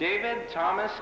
david thomas